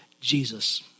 Jesus